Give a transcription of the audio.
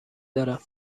دارم